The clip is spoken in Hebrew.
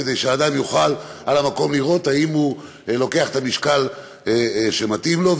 כדי שאדם יוכל במקום לראות אם הוא לוקח את זה במשקל שמתאים לו.